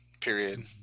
period